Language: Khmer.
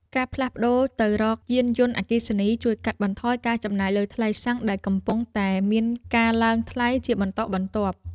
ការផ្លាស់ប្តូរទៅរកយានយន្តអគ្គិសនីជួយកាត់បន្ថយការចំណាយលើថ្លៃសាំងដែលកំពុងតែមានការឡើងថ្លៃជាបន្តបន្ទាប់។